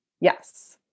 yes